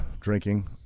drinking